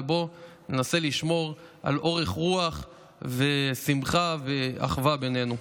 בואו ננסה לשמור על אורך רוח ושמחה ואחווה בינינו.